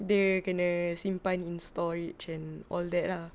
dia kena simpan in storage and all that ah